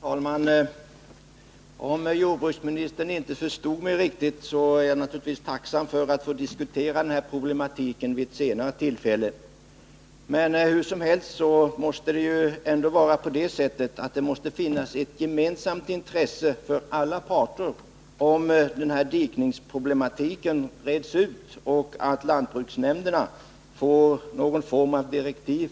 Herr talman! Om jordbruksministern inte förstod mig riktigt, är jag naturligtvis tacksam att få diskutera den här problematiken vid ett senare tillfälle. Hur som helst måste alla parter ha ett gemensamt intresse av att den här dikningsproblematiken reds ut och att lantbruksnämnderna får något slags direktiv.